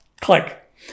click